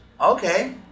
Okay